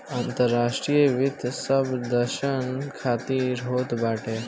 अंतर्राष्ट्रीय वित्त सब देसन खातिर होत बाटे